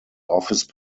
office